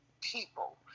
people